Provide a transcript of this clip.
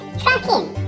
tracking